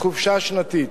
חופשה שנתית.